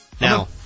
Now